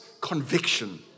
conviction